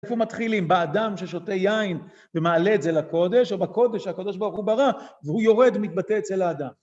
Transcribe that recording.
איפה מתחילים, באדם ששותה יין ומעלה את זה לקודש, או בקודש, שהקודש ברוך הוא ברא, והוא יורד ומתבטא אצל האדם?